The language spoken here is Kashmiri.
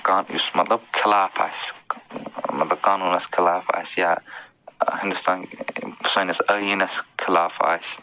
کانٛہہ یُس مطلب خٕلاف آسہِ مطلب قانوٗنس خٕلاف آسہِ یا ہندوستان سٲنِس ٲیٖنس خٕلاف آسہِ